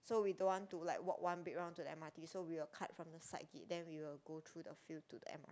so we don't want to like walk one big round to the m_r_t so we will cut from the side gate then we will go through the field to the m_r_t